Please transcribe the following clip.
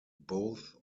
both